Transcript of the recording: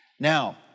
Now